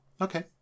okay